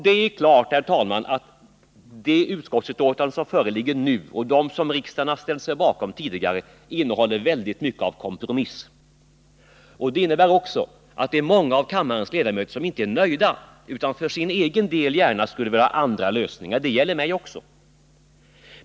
Det är klart att det utskottsbetänkande som nu föreligger och de betänkanden som riksdagen tidigare har ställt sig bakom innehåller många kompromisser. Det innebär också att det är många av kammarens ledamöter som inte är nöjda utan för sin egen del gärna skulle vilja ha andra lösningar. Det gäller även mig.